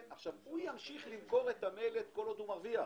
הוא ימשיך למכור את המלט כל עוד הוא מרוויח.